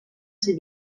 ser